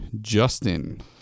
Justin